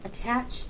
attached